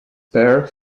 pair